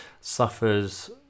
suffers